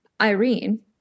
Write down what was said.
Irene